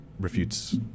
refutes